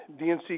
DNC